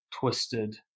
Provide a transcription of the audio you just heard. twisted